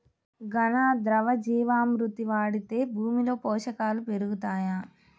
ఘన, ద్రవ జీవా మృతి వాడితే భూమిలో పోషకాలు పెరుగుతాయా?